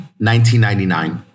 1999